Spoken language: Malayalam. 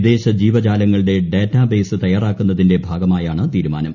വിദേശ ജീവജാലങ്ങളുടെ ഡേറ്റാ ബേസ് തയ്യാറാക്കുന്നതിന്റെ ഭാഗമായാണ് തീരുമാനം